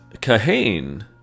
Kahane